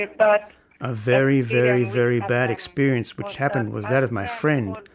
ah but a very, very, very bad experience which happened was that of my friend.